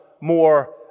more